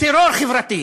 טרור חברתי,